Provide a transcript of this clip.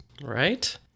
Right